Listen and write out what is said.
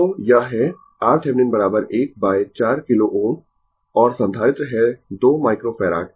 तो यह है RThevenin 1 बाय 4 किलो Ω और संधारित्र है 2 माइक्रोफैराड